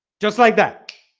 just like that